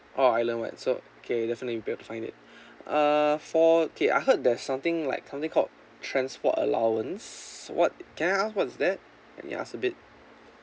oh island wide so okay definitely we'll be able to find it uh for K I heard there's something like something called transport allowance what can I ask what is that can I ask a bit